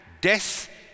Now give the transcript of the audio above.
death